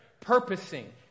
purposing